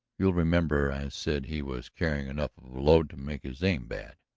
you'll remember i said he was carrying enough of a load to make his aim bad.